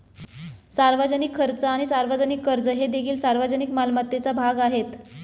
सार्वजनिक खर्च आणि सार्वजनिक कर्ज हे देखील सार्वजनिक मालमत्तेचा भाग आहेत